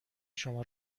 شما